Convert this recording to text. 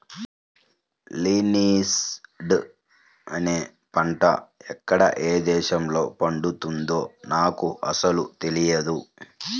linseed అనే పంట ఎక్కడ ఏ దేశంలో పండుతుందో నాకు అసలు తెలియదు